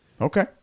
Okay